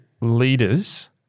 leaders